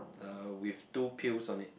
uh with two pills on it